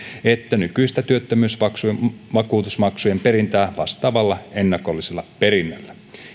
että nykyistä työttömyysvakuutusmaksujen perintää vastaavalla ennakollisella perinnällä